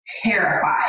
terrified